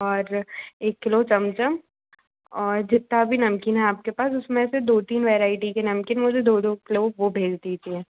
और एक किलो छमछम और जितना भी नमकीन है आपके पास उस में से दो तीन वेरैटी के नमकीन मुझे दो दो किलौ वो भेज दीजिए